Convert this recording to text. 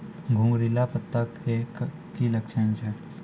घुंगरीला पत्ता के की लक्छण छै?